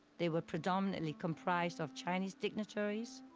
they were predominantly comprised of chinese dignitaries,